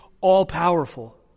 all-powerful